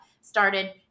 started